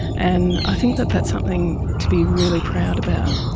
and i think that that's something to be really proud about.